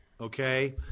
okay